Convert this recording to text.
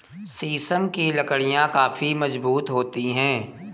शीशम की लकड़ियाँ काफी मजबूत होती हैं